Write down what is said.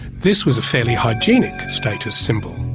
this was a fairly hygienic status symbol.